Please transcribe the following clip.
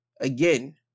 Again